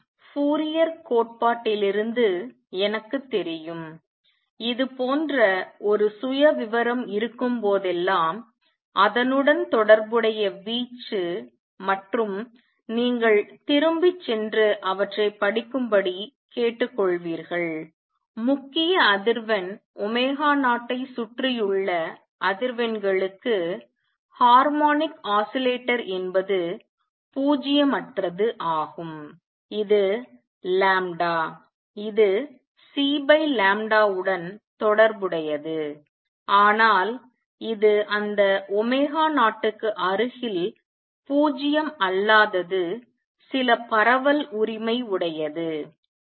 Fourier கோட்பாட்டிலிருந்து எனக்குத் தெரியும் இது போன்ற ஒரு சுயவிவரம் இருக்கும் போதெல்லாம் அதனுடன் தொடர்புடைய வீச்சு மற்றும் நீங்கள் திரும்பிச் சென்று அவற்றைப் படிக்கும்படி கேட்டுக்கொள்வீர்கள் முக்கிய அதிர்வெண் 0 ஐச் சுற்றியுள்ள அதிர்வெண்களுக்கு ஹார்மோனிக் ஆஸிலேட்டர் என்பது பூஜ்ஜியம் அற்றது ஆகும் இது இது c உடன் தொடர்புடையது ஆனால் இது அந்த 0 க்கு அருகில் 0 அல்லாதது சில பரவல் உரிமை உடையது சரி